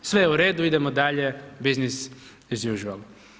Sve je u redu, idemo dalje business as usual.